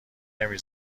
نمی